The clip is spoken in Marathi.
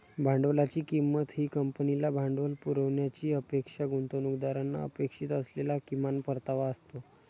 भांडवलाची किंमत ही कंपनीला भांडवल पुरवण्याची अपेक्षा गुंतवणूकदारांना अपेक्षित असलेला किमान परतावा असतो